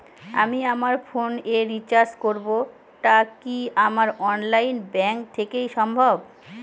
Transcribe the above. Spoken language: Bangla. আমি আমার ফোন এ রিচার্জ করব টা কি আমার অনলাইন ব্যাংক থেকেই সম্ভব?